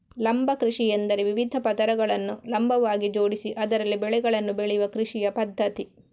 ಲಂಬ ಕೃಷಿಯೆಂದರೆ ವಿವಿಧ ಪದರಗಳನ್ನು ಲಂಬವಾಗಿ ಜೋಡಿಸಿ ಅದರಲ್ಲಿ ಬೆಳೆಗಳನ್ನು ಬೆಳೆಯುವ ಕೃಷಿಯ ಪದ್ಧತಿ